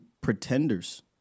pretenders